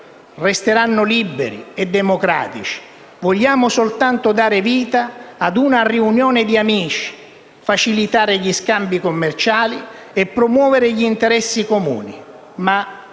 resteranno liberi e democratici: vogliamo soltanto dare vita ad una riunione di amici, facilitare gli scambi commerciali e promuovere gli interessi comuni. Ma,